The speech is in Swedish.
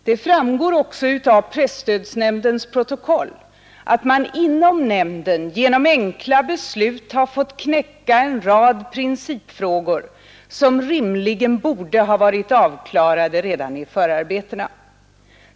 Det framgår också av presstödsnämndens protokoll att man inom nämnden genom enkla beslut har fått knäcka en rad principfrågor, som rimligen borde ha varit avklarade redan i förarbetena.